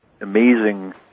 amazing